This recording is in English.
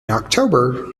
october